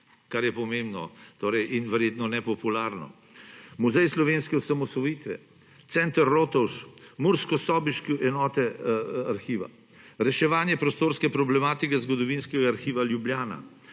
kar je pomembno torej in verjetno ne popularno, Muzej slovenske osamosvojitve, Center Rotovž, murskosoboška enota Arhiva, reševanje prostorske problematike Zgodovinskega arhiva Ljubljana,